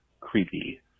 creepy